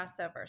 crossover